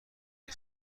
این